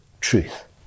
truth